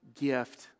gift